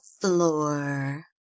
floor